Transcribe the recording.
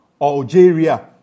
Algeria